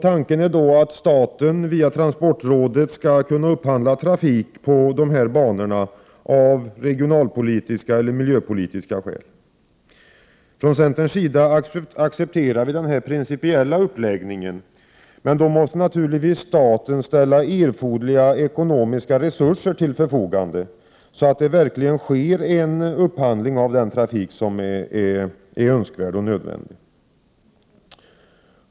Tanken är då att staten, via transportrådet, skall kunna upphandla trafik på dessa banor av regionalpolitiska eller miljöpolitiska skäl. Från centerns sida accepterar vi denna principiella uppläggning. Men då måste naturligtvis staten ställa erforderliga ekonomiska resurser till förfogande, så att det verkligen sker en upphandling av den trafik som är önskvärd och nödvändig.